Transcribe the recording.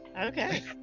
Okay